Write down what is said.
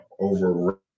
over